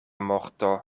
morto